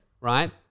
Right